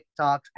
TikToks